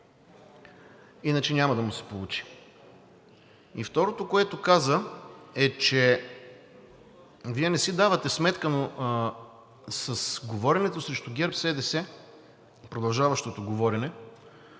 иначе няма да му се получи. И второто, което каза, е, че Вие не си давате сметка, но с говоренето срещу ГЕРБ-СДС – продължаващото говорене,